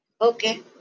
Okay